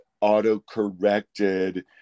auto-corrected